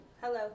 Hello